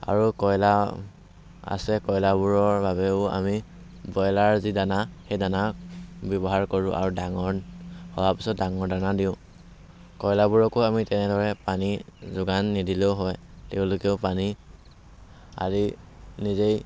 আৰু কইলাৰ আছে কইলাৰবোৰৰ বাবেও আমি ব্ৰইলাৰৰ যি দানা সেই দানা ব্যৱহাৰ কৰোঁ আৰু ডাঙৰ হোৱাৰ পিছত ডাঙৰ দানা দিওঁ কইলাৰবোৰকো আমি তেনেদৰে পানী যোগান নিদিলেও হয় তেওঁলোকেও পানী আদি নিজেই